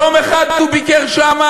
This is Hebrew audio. יום אחד הוא ביקר שם?